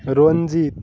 রঞ্জিত